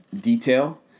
detail